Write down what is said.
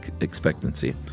expectancy